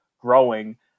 growing